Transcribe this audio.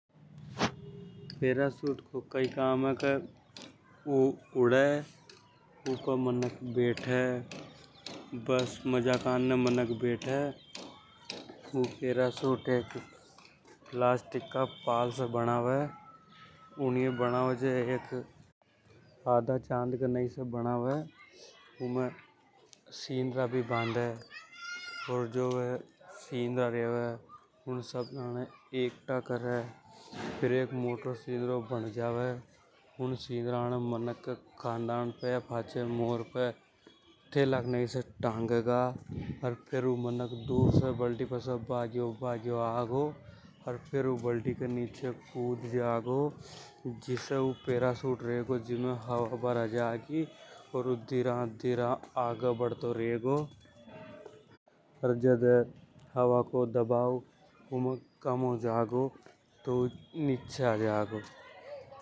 पैराशूट को कई कम हे के ऊ उड़े उपे मनक बैठे बेस मजा कारने मनक बैठे। ऊ पैराशूट एक पलास्टिक का पाल से बनावे ऊनिय बनावे जड़ें आधा चांद के नई से बनावे। सब नाने एक्टा करे फेर एक मोटो सिणधरो बण जावे। थैला के नई से टांगेगा फेर ऊ मनक दूर से ब्लडी पे से भागियों भागियो आगो। अर फेर ऊ ब्लडी के नीचे कूद जागो जिस ऊ पैराशूट में हवा भरा जागी और ऊ धीरा-धीरा आगे बढ़तों रेगो। अर जदे हवा को दबाव कम हो जागो ऊ नीचे आ जागो।